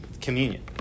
communion